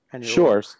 Sure